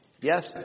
Yes